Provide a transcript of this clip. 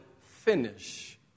finish